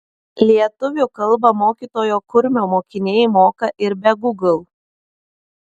lietuvių kalbą mokytojo kurmio mokiniai moka ir be gūgl